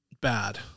bad